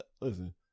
Listen